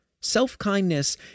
Self-kindness